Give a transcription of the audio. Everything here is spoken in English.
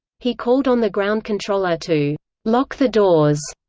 he called on the ground controller to lock the doors,